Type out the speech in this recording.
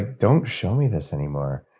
ah don't show me this anymore.